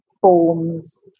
forms